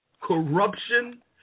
corruption